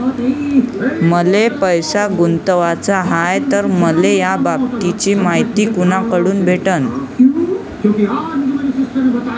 मले पैसा गुंतवाचा हाय तर मले याबाबतीची मायती कुनाकडून भेटन?